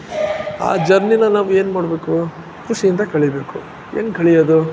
ಆ ಜರ್ನಿಯ ನಾವು ಏನ್ಮಾಡಬೇಕು ಖುಷಿಯಿಂದ ಕಳೀಬೇಕು ಹೆಂಗ್ ಕಳೆಯೋದು